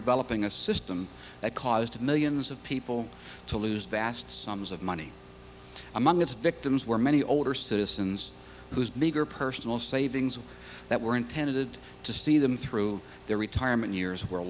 developing a system that caused millions of people to lose vast sums of money among its victims were many older citizens whose meager personal savings that were intended to see them through their retirement